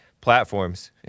platforms